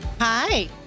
Hi